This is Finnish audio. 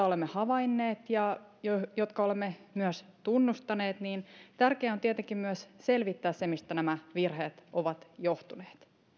olemme havainneet ja jotka olemme myös tunnustaneet niin tärkeää on tietenkin myös selvittää mistä nämä virheet ovat johtuneet